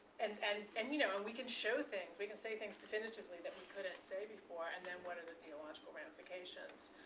and and and you know and we can show things. we can say things definitively that we couldn't say before. and then what are the theological ramifications?